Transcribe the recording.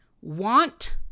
want